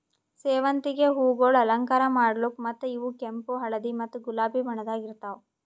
ಸೇವಂತಿಗೆ ಹೂವುಗೊಳ್ ಅಲಂಕಾರ ಮಾಡ್ಲುಕ್ ಮತ್ತ ಇವು ಕೆಂಪು, ಹಳದಿ ಮತ್ತ ಗುಲಾಬಿ ಬಣ್ಣದಾಗ್ ಇರ್ತಾವ್